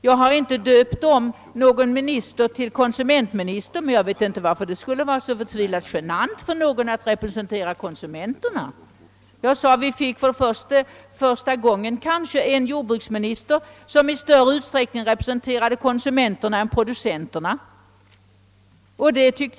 Jag har inte döpt om någon minister till konsumentminister, men jag förstår inte varför det skulle vara så förtvivlat genant för någon att represen tera konsumenterna. Jag sade att vi med Netzén för första gången fick en jordbruksminister, som i större utsträckning representerade konsumenterna än producenterna.